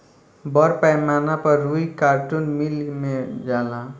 बड़ पैमाना पर रुई कार्टुन मिल मे जाला